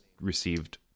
received